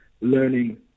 learning